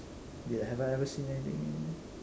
have I ever seen anything